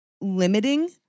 limiting